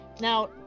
Now